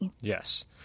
Yes